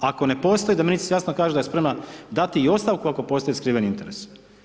Ako ne postoji da ministrica jasno kaže da je spremna dati i ostavku ako postoji skriveni interes.